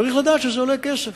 צריך לדעת שזה עולה כסף,